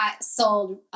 sold